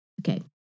Okay